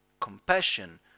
compassion